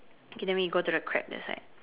okay then we go to the crab that side